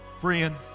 Friend